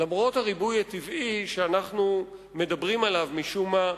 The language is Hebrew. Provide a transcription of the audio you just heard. למרות הריבוי הטבעי, שאנחנו מדברים עליו, משום מה,